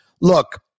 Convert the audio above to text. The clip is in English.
Look